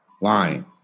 lying